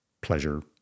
pleasure